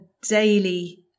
daily